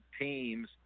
teams